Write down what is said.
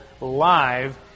live